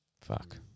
fuck